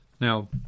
Now